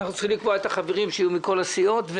אנחנו צריכים לקבוע את החברים שיהיו מכל הסיעות.